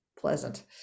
pleasant